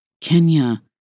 Kenya